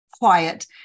quiet